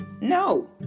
No